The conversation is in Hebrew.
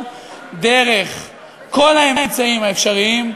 בכל האמצעים האפשריים,